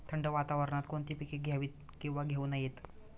थंड वातावरणात कोणती पिके घ्यावीत? किंवा घेऊ नयेत?